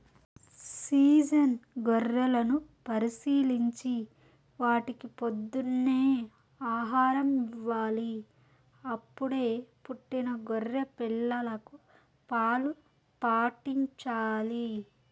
season గొర్రెలను పరిశీలించి వాటికి పొద్దున్నే ఆహారం ఇవ్వాలి, అప్పుడే పుట్టిన గొర్రె పిల్లలకు పాలు పాట్టించాలి